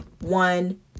one